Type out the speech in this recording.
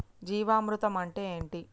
జీవామృతం అంటే ఏంటి?